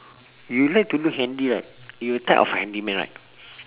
you like to do handy right you're a type of handyman right